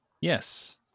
Yes